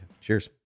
cheers